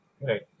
Right